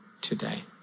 today